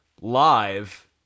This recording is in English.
live